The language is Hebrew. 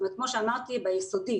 כמו שאמרתי, ביסודי